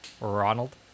Ronald